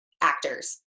actors